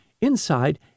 Inside